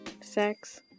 sex